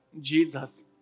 Jesus